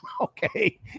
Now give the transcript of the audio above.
okay